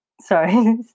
Sorry